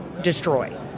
destroy